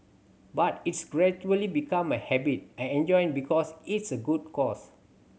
but it's gradually become a habit I enjoy because it's a good cause